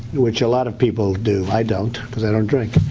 which a lot of people do. i don't because i don't drink.